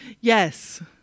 Yes